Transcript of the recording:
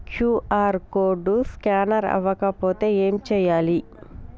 QR code scanner అవ్వకపోతే ఏం చేయాలి?